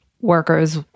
workers